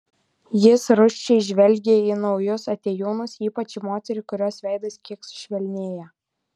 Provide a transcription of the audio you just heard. jis rūsčiai žvelgia į naujus atėjūnus ypač į moterį kurios veidas kiek sušvelnėja